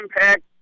impact